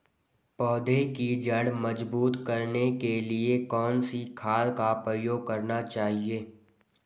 पौधें की जड़ मजबूत करने के लिए कौन सी खाद का प्रयोग करना चाहिए?